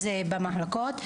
זה במחלקות,